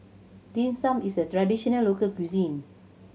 Dim Sum is a traditional local cuisine